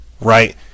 Right